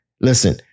Listen